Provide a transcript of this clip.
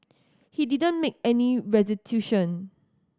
he didn't make any restitution